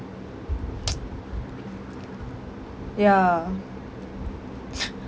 ya